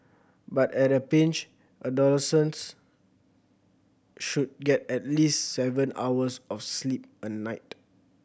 but at a pinch adolescents should get at least seven hours of sleep a night